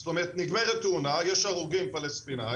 זאת אומרת, נגמרת תאונה, יש הרוגים פלסטינאים,